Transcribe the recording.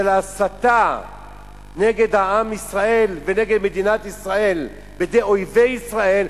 ושל ההסתה נגד עם ישראל ונגד מדינת ישראל בידי אויבי ישראל,